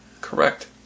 Correct